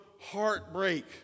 Heartbreak